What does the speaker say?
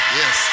yes